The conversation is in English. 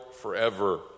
forever